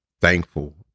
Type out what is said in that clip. thankful